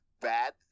bad